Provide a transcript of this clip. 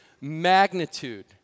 magnitude